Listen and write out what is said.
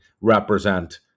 represent